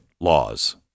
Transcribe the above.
laws